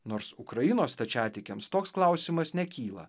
nors ukrainos stačiatikiams toks klausimas nekyla